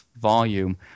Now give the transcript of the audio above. volume